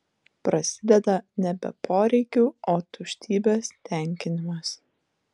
prasideda nebe poreikių o tuštybės tenkinimas